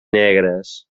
negres